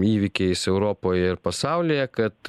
įvykiais europoje ir pasaulyje kad